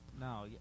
No